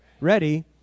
ready